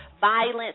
violence